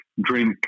drink